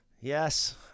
Yes